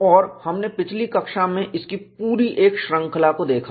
और हमने पिछली कक्षा में इसकी पूरी एक श्रंखला को देखा